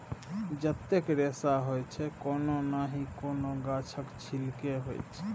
जतेक रेशा होइ छै कोनो नहि कोनो गाछक छिल्के होइ छै